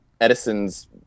Edison's